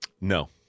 no